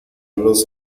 los